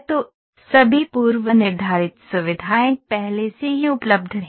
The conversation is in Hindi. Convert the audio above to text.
तो सभी पूर्वनिर्धारित सुविधाएँ पहले से ही उपलब्ध हैं